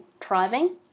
thriving